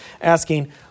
asking